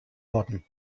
worten